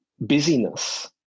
busyness